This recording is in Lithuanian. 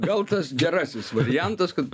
gal tas gerasis variantas kad